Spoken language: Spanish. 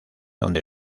donde